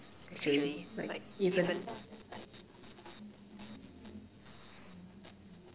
actually like even